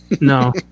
No